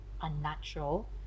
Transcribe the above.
unnatural